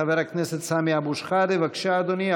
חבר הכנסת סמי אבו שחאדה, בבקשה, אדוני.